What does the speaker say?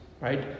right